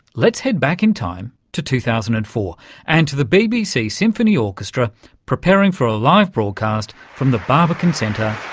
let's head back in time to two thousand and four and to the bbc symphony orchestra preparing for a live broadcast from the barbican centre